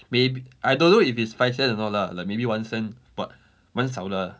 maybe I don't know if it's five cents or not lah like maybe one cent but 蛮少的 lah